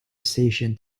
station